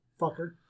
fucker